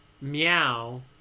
meow